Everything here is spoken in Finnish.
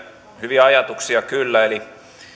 hyviä ajatuksia kyllä